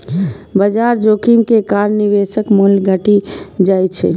बाजार जोखिम के कारण निवेशक मूल्य घटि जाइ छै